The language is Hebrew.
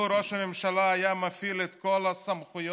לו ראש הממשלה היה מפעיל את כל הסמכויות